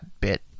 Bit